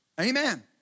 Amen